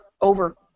over